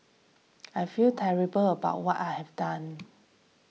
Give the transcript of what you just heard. I feel terrible about what I have done